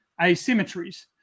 asymmetries